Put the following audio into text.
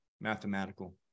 mathematical